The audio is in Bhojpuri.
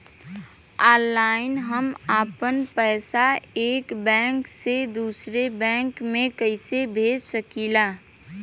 ऑनलाइन हम आपन पैसा एक बैंक से दूसरे बैंक में कईसे भेज सकीला?